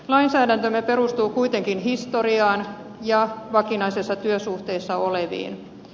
lainsäädäntömme perustuu kuitenkin historiaan ja vakinaisessa työsuhteessa oleviin